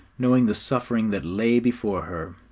knowing the suffering that lay before her!